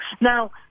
Now